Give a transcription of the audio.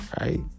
Right